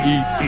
Eat